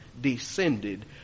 descended